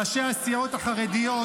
לראשי הסיעות החרדיות,